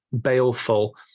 baleful